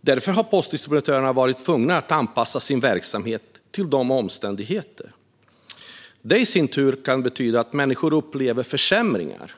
Därför har postdistributörerna varit tvungna att anpassa sin verksamhet till dessa omständigheter. Detta i sin tur kan betyda att människor upplever försämringar.